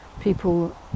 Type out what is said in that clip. people